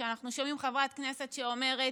כשאנחנו שומעים חברת כנסת שאומרת: